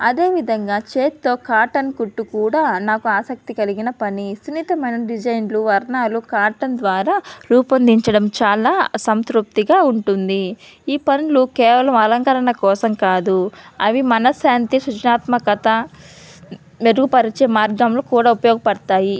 అదేవిధంగా చేత్తో కాటన్ కుట్టు కూడా నాకు ఆసక్తి కలిగిన పని సున్నితమైన డిజైన్లు వర్ణాలు కాటన్ ద్వారా రూపొందించడం చాలా సంతృప్తిగా ఉంటుంది ఈ పనులు కేవలం అలంకరణ కోసం కాదు అవి మనశ్శాంతి సృజనాత్మకత మెరుగుపరిచే మార్గంలో కూడా ఉపయోగపడతాయి